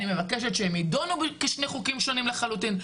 אני מבקשת שהם ידונו כשני חוקים שונים לחלוטין.